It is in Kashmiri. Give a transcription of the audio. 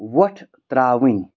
وۄٹھ ترٛاوٕنۍ